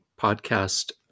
podcast